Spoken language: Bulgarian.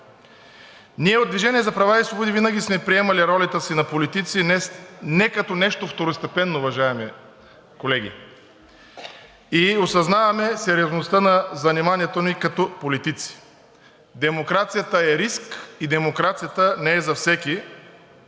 Ние от „Движение за права и свободи“ винаги сме приемали ролята си на политици не като нещо второстепенно, уважаеми колеги, а осъзнаваме сериозността на заниманието ни като политици. Демокрацията е риск и демокрацията не е за всеки.